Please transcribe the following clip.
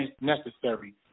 necessary